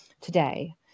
today